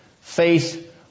Faith